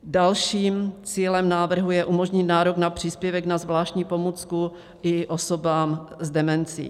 Dalším cílem návrhu je umožnit nárok na příspěvek na zvláštní pomůcku i osobám s demencí.